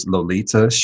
Lolita